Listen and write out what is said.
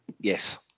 Yes